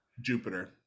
jupiter